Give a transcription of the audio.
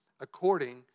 according